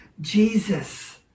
Jesus